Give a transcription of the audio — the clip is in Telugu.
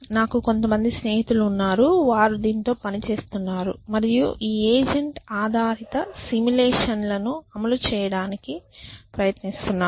నాకు కొంతమంది స్నేహితులు ఉన్నారు వారు దీనితో పని చేస్తున్నారు మరియు ఈ ఏజెంట్ ఆధారిత సిములేషన్లను అమలు చేయడానికి ప్రయత్నిస్తున్నారు